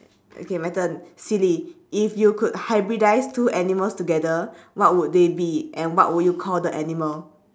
okay my turn silly if you could hybridize two animals together what would they be and what would you call the animal